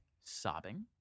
sobbing